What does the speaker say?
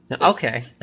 Okay